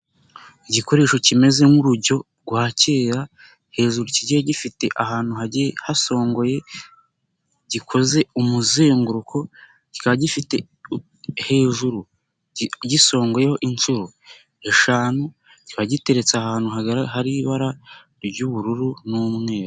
Igikoresho kimeze nk'urujyo rwa kera hejuru kigiye gifite ahantu hagiye hasongoye, gikoze umuzenguruko, kikaba gifite hejuru gisongoyeho inshuro eshanu, kiba giteretse ahantu hari ibara ry'ubururu n'umweru.